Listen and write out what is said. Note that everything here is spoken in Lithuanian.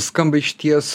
skamba išties